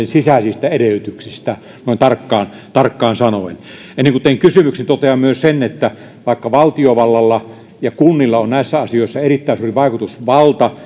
sisäisistä edellytyksistä noin tarkkaan tarkkaan sanoen ennen kuin teen kysymyksen totean myös sen että vaikka valtiovallalla ja kunnilla on näissä asioissa erittäin suuri vaikutusvalta